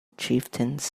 chieftains